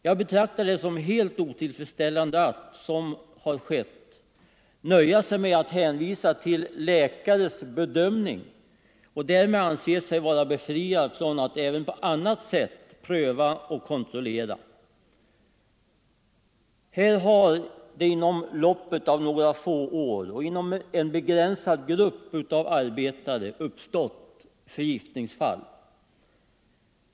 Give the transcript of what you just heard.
Jag betraktar det som helt otillfredsställande att man kan —- såsom har skett — nöja sig med att hänvisa till läkares bedömning och därmed anse sig vara befriad från att även på annat sätt pröva och kontrollera. Här har det inom loppet av några få år och inom en begränsad grupp av arbetare uppstått förgiftningsfall.